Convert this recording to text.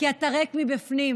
כי אתה ריק מבפנים,